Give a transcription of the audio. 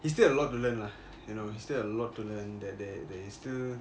he still have a lot to learn lah he still have a lot to learn lah that that there is still